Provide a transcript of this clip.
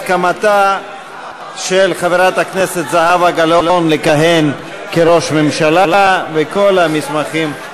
הסכמתה של חברת הכנסת זהבה גלאון לכהן כראש ממשלה וכל המסמכים.